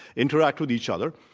interact with each other.